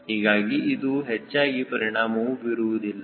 ಹೀಗಾಗಿ ಇದು ಹೆಚ್ಚಾಗಿ ಪರಿಣಾಮವು ಬೀರುವುದಿಲ್ಲ